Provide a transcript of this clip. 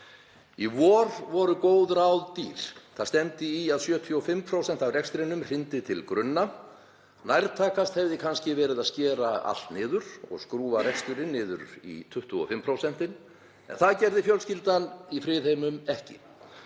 Í vor voru góð ráð dýr. Það stefndi í að 75% af rekstrinum hryndi til grunna. Nærtækast hefði kannski verið að skera allt niður og skrúfa reksturinn aftur niður í 25%, en það gerði fjölskyldan í Friðheimum ekki.